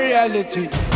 reality